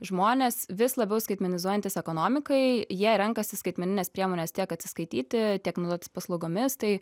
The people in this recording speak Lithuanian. žmonės vis labiau skaitmenizuojantis ekonomikai jie renkasi skaitmenines priemones tiek atsiskaityti tiek naudotis paslaugomis tai